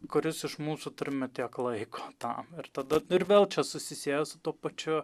kuris iš mūsų turime tiek laiko tam ir tada vėl čia susisieja su tuo pačiu